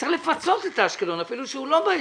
צריך לפצות את אשקלון אפילו שהיא לא באזור.